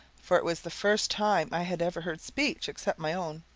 for it was the first time i had ever heard speech, except my own.